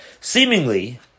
Seemingly